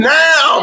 now